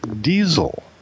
diesel